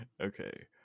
okay